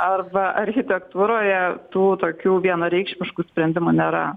arba architektūroje tų tokių vienareikšmiškų sprendimų nėra